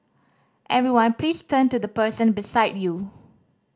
everyone please turn to the person beside you